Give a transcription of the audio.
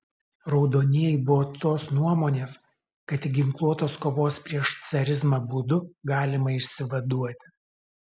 raudonieji buvo tos nuomonės kad tik ginkluotos kovos prieš carizmą būdu galima išsivaduoti